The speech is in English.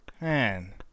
Man